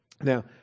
Now